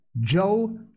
Joe